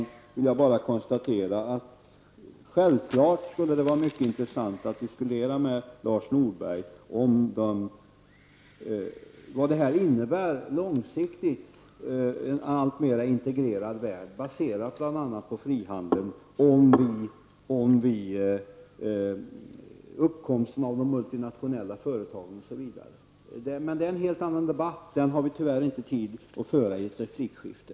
Jag vill slutligen bara konstatera att det självfallet skulle vara mycket intressant att diskutera med Lars Norberg om vad en alltmer integrerad värld baserad bl.a. på frihandel långsiktigt betyder för uppkomsten av multinationella företag osv. Men det är en helt annan debatt, och den har vi tyvärr inte tid att föra i ett replikskifte.